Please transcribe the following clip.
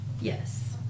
Yes